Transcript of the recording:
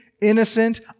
innocent